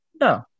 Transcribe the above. No